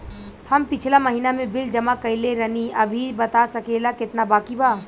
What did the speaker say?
हम पिछला महीना में बिल जमा कइले रनि अभी बता सकेला केतना बाकि बा?